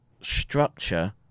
structure